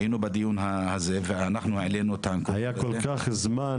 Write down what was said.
היינו בדיון הזה ואנחנו העלנו היה כל כך זמן